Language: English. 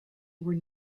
were